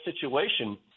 situation